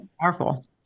Powerful